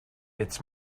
its